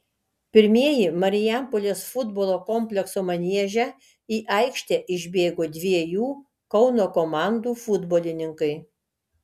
pirmieji marijampolės futbolo komplekso manieže į aikštę išbėgo dviejų kauno komandų futbolininkai